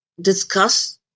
discuss